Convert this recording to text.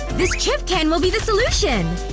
this chip cans will be the solution!